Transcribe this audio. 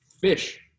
fish